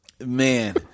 Man